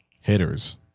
hitters